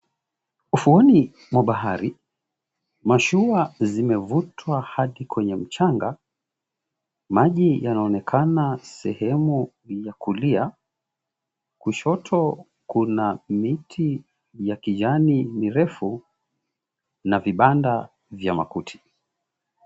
Ufuoni mwa bahari, mashua zimevutwa hadi kwenye mchanga, maji yanaonekana sehemu ya kulia, kushoto kuna miti ya kijani mirefu na vibanda vya makuti.